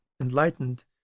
enlightened